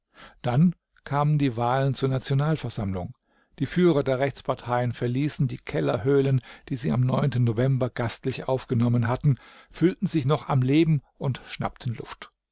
dann kamen die wahlen zur nationalversammlung die führer der rechtsparteien verließen die kellerhöhlen die sie am november gastlich aufgenommen hatten fühlten sich noch am leben und schnappten luft